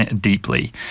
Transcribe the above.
deeply